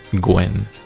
Gwen